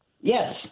yes